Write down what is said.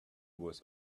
was